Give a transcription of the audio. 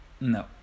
No